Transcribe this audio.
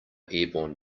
airborne